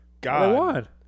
God